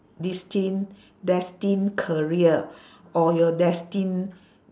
destined destined career or your destined